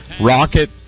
Rocket